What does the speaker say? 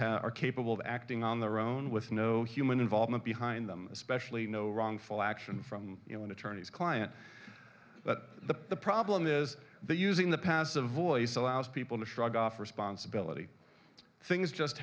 have are capable of acting on their own with no human involvement behind them especially no wrongful action from you know an attorney's client but the problem is that using the passive voice allows people to shrug off responsibility things just